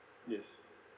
yes